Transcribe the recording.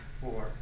four